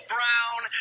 Brown